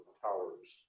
Towers